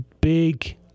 big